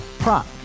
Prop